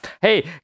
Hey